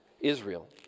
Israel